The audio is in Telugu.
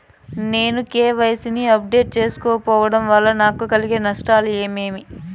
నేను నా కె.వై.సి ని అప్డేట్ సేయకపోవడం వల్ల నాకు కలిగే నష్టాలు ఏమేమీ?